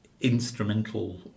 instrumental